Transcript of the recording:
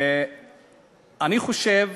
אני חושב